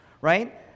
right